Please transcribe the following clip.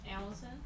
Allison